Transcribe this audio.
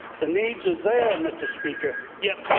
the need is there, mr. speaker. yet,